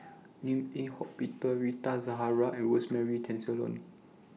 Lim Eng Hock Peter Rita Zahara and Rosemary Tessensohn